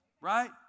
Right